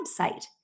website